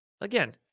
again